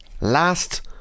Last